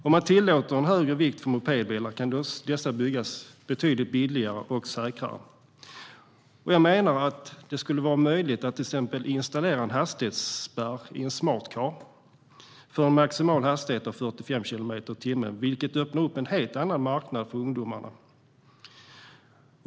Om man tillåter en högre vikt för mopedbilar kan dessa byggas betydligt billigare och säkrare. Jag menar att det skulle vara möjligt att till exempel installera en hastighetsspärr i en smart car för en maximal hastighet på 45 kilometer i timmen, vilket öppnar upp en helt annan marknad för ungdomarna.